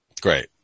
Great